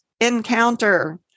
encounter